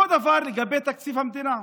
אותו הדבר לגבי תקציב המדינה.